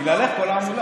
בגללך כל ההמולה.